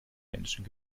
menschen